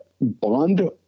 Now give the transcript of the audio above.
Bond